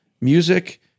music